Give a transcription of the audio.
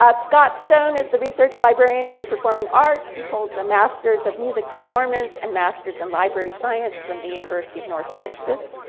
ah scott stone is the research librarian for performing arts. he holds a master's of music performance and masters in library science from the university of north texas.